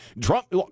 Trump